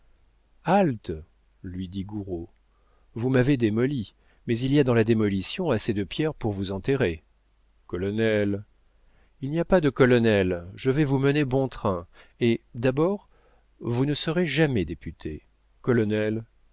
halte lui dit gouraud vous m'avez démoli mais il y a dans la démolition assez de pierres pour vous enterrer colonel il n'y a pas de colonel je vais vous mener bon train et d'abord vous ne serez jamais député colonel